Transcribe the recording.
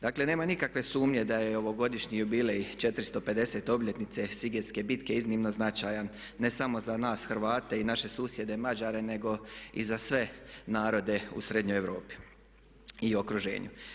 Dakle, nema nikakve sumnje da je ovogodišnji jubilej 450 obljetnice Sigetske bitke iznimno značajan ne samo za nas Hrvate i naše susjede Mađare nego i za sve narode u srednjoj Europi i okruženju.